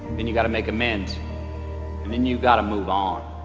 then you got to make amends and then you got to move on